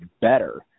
better